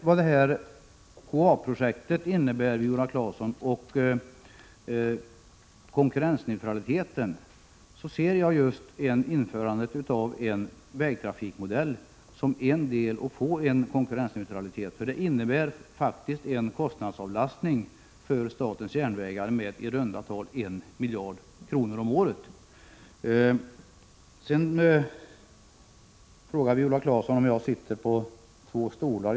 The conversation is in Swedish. När det sedan gäller KAA-projektet och konkurrensneutraliteten ser jag just införandet av en vägtrafikmodell som ett sätt att få konkurrensneutralitet. Det innebär faktiskt en kostnadsminskning för statens järnvägar med i runda tal en miljard kronor om året. Viola Claesson talade om att jag satt på två stolar.